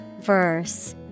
Verse